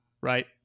right